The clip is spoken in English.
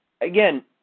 Again